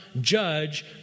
judge